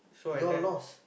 your loss